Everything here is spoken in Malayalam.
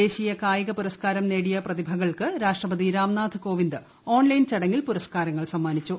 ദേശീയ കായിക പുരസ്കാരം നേടിയ പ്രതിഭകൾക്ക് രാഷ്ട്രപതി രാംനാഥ് കോവിന്ദ് ഓൺലൈൻ ചടങ്ങിൽ പുരസ്കാരങ്ങൾ സമ്മാനിച്ചു